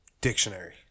Dictionary